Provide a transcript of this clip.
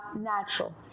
natural